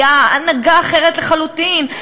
הייתה הנהגה אחרת לחלוטין,